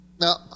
Now